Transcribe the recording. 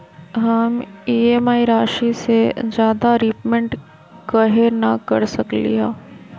हम ई.एम.आई राशि से ज्यादा रीपेमेंट कहे न कर सकलि ह?